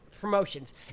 promotions